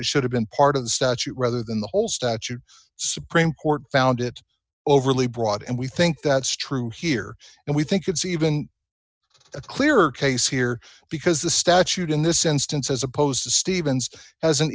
it should have been part of the statute rather than the whole statute supreme court found it overly broad and we think that's true here and we think it's even a clearer case here because the statute in this instance as opposed to stevens has